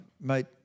mate